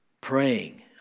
Praying